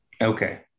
okay